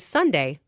Sunday